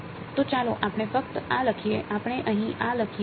તો ચાલો આપણે ફક્ત આ લખીએ આપણે અહીં આ લખીએ